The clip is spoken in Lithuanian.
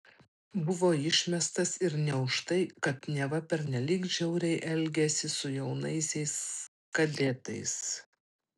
buvo išmestas ir ne už tai kad neva pernelyg žiauriai elgėsi su jaunaisiais kadetais